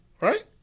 right